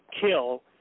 kill